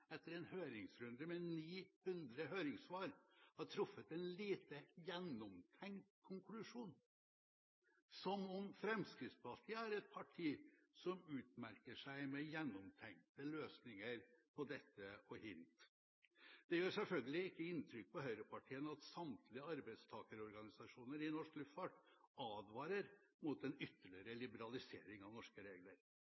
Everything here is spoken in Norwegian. etter en høringsrunde med 900 høringssvar har truffet en lite gjennomtenkt konklusjon – som om Fremskrittspartiet er et parti som utmerker seg med gjennomtenkte løsninger på dette og hint. Det gjør selvfølgelig ikke inntrykk på høyrepartiene at samtlige arbeidstakerorganisasjoner i norsk luftfart advarer mot en ytterligere